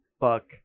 Fuck